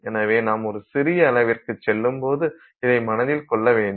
எனவே நாம் ஒரு சிறிய அளவிற்குச் செல்லும்போது இதை மனதில் கொள்ள வேண்டும்